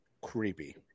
creepy